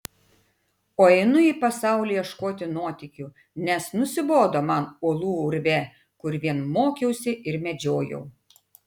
o einu į pasaulį ieškoti nuotykių nes nusibodo man uolų urve kur vien mokiausi ir medžiojau